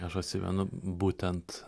aš atsimenu būtent